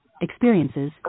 experiences